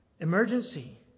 emergency